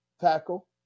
tackle